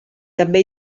també